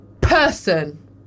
person